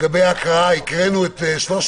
הקראנו את ארבע